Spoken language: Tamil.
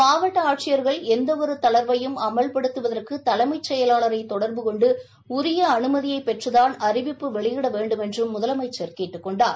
மாவட்ட ஆட்சியர்கள் எந்த ஒரு தளர்வையும் அமவ்படுத்துவதற்கு தலைமைச் செயலாளரை தொடர்பு கொண்டு உரிய அனுமதியை பெற்றுதான் அறிவிப்பு வெளியிட வேண்டுமென்றும் முதுலமைச்சா் கேட்டுக் கொண்டார்